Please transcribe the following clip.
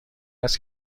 است